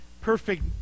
perfect